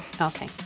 Okay